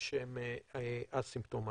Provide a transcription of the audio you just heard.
ושהם אסימפטומטיים.